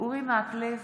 אורי מקלב,